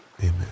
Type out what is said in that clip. Amen